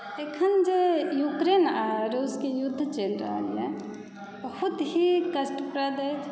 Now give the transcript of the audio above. एखन जे यूक्रेन आ रुसके युद्ध चलि रहल यऽ बहुत ही कष्टप्रद अछि